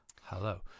hello